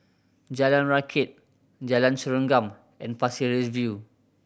Jalan Rakit Jalan Serengam and Pasir Ris View